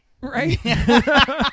Right